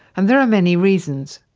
and there are many reasons.